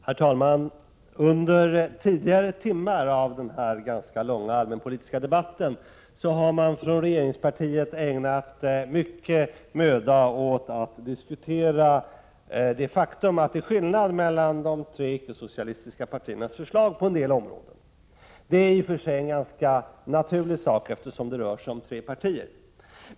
Herr talman! Under tidigare timmar i denna ganska långa allmänpolitiska debatt har man från regeringspartiet ägnat mycket möda åt att diskutera det faktum att det är skillnad mellan de tre icke-socialistiska partiernas förslag på en del områden. Det är i och för sig ganska naturligt eftersom det rör sig om tre partier.